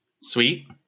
Sweet